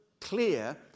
clear